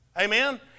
Amen